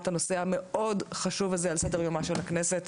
הנושא המאוד חשוב הזה על סדר יומה של הכנסת.